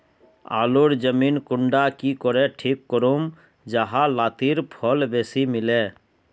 आलूर जमीन कुंडा की करे ठीक करूम जाहा लात्तिर फल बेसी मिले?